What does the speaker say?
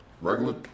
regular